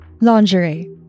lingerie